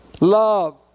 Love